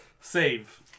save